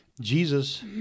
Jesus